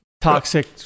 toxic